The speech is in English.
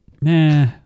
Nah